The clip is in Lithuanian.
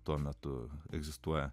tuo metu egzistuoja